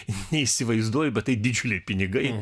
neįsivaizduoju bet tai didžiuliai pinigai